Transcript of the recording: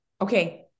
Okay